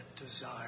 desire